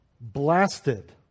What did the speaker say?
blasted